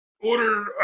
Order